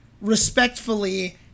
respectfully